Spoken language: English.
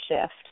shift